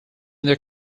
their